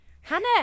Hannah